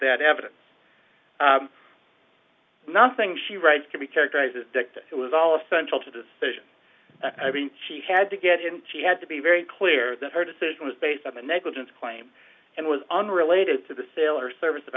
that evidence nothing she writes could be characterized as that it was all essential to decision she had to get in she had to be very clear that her decision was based on the negligence claim and was unrelated to the sale or service of